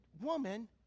woman